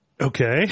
Okay